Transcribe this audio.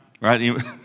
Right